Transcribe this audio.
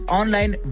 online